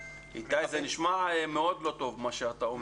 איתי, זה נשמע מאוד לא טוב מה שאתה אומר.